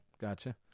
Gotcha